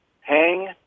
Hang